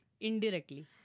Indirectly